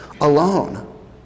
alone